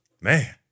Man